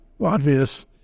obvious